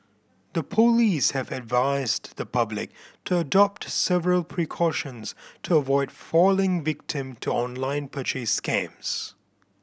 the police have advised the public to adopt several precautions to avoid falling victim to online purchase scams